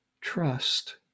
Trust